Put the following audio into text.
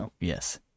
Yes